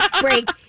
break